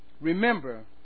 Remember